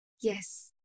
Yes